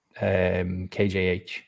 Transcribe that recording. kjh